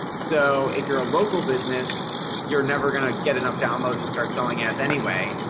so if you're a local business you're never going to get enough downloads to start selling ads anyway.